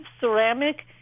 ceramic